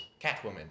catwoman